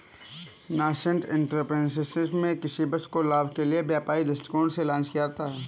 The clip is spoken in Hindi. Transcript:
नासेंट एंटरप्रेन्योरशिप में किसी वस्तु को लाभ के लिए व्यापारिक दृष्टिकोण से लॉन्च किया जाता है